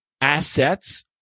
assets